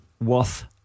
worth